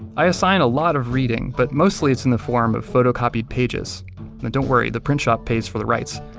i assign a lot of reading, but mostly it's in the form of photocopied pages. but don't worry, the print shop pays for the rights.